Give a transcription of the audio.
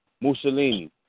Mussolini